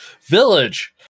Village